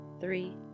three